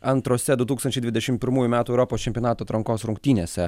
antrose du tūkstančiai dvidešim pirmųjų metų europos čempionato atrankos rungtynėse